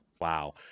Wow